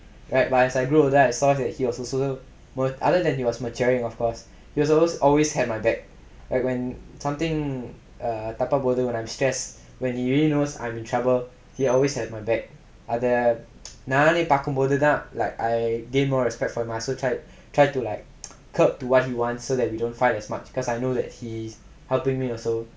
but as I grew older I saw that he was also other than he was maturing of course he almost always had my back like when something தப்பா போது:thappaa pothu when I'm stress when he already knows I'm in trouble he always had my back அத நானே பாக்கும் போதுதா:atha naanae paakkum pothae like I gained more respect for him I also try to like curb what he wants so that we don't fight as much because I know that he's helping me also